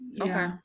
Okay